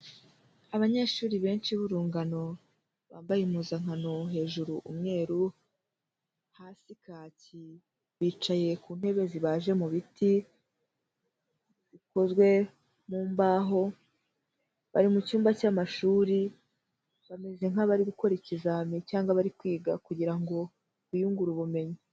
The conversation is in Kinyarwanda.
Abanyeshuri benshi b'urungano bambaye impuzankano hejuru umweru, hasi kaki. Bicaye ku ntebe zibaje mu biti zikozwe mu mbaho, bari mu cyumba cy'amashuri bameze nk'abari gukora ikizame cyangwa bari kwiga kugira ngo biyungure ubumenyi.